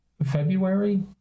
February